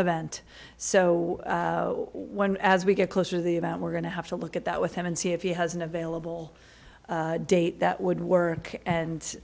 event so when as we get closer to the about we're going to have to look at that with him and see if he has an available date that would work and